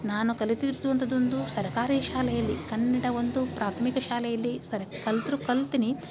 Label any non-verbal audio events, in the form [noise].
ನಾನು ಕಲಿತಿರುವಂಥದ್ದು ಒಂದು ಸರಕಾರಿ ಶಾಲೆಯಲ್ಲಿ ಕನ್ನಡ ಒಂದು ಪ್ರಾಥಮಿಕ ಶಾಲೆಯಲ್ಲಿ [unintelligible] ಕಲ್ತರೂ ಕಲ್ತೀನಿ